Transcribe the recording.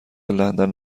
لندن